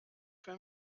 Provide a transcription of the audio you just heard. für